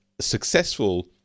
successful